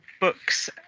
books